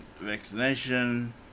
vaccination